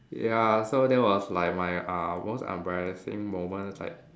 ya so that was like my uh most embarrassing moment like